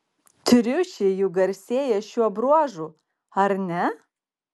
triušiai juk garsėja šiuo bruožu ar ne